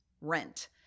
rent